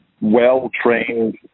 well-trained